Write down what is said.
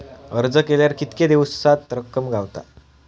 अर्ज केल्यार कीतके दिवसात रक्कम गावता?